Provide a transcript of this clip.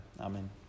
Amen